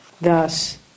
Thus